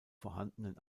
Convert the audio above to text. vorhandenen